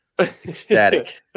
Ecstatic